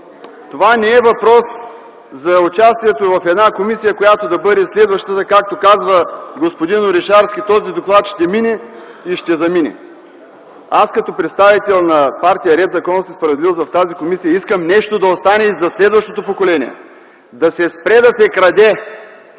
Това не е въпрос за участието в една комисия, която да бъде следващата – както казва господин Орешарски, този доклад ще мине и ще замине. Като представител на партия „Ред, законност и справедливост” в тази комисия искам нещо да остане и за следващото поколение – да се спре да се краде,